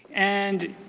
and